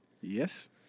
Yes